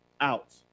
out